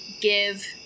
give